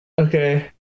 Okay